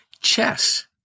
Chess